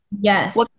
Yes